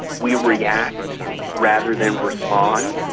we react rather than respond.